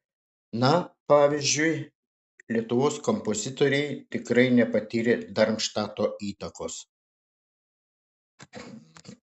na pavyzdžiui lietuvos kompozitoriai tikrai nepatyrė darmštato įtakos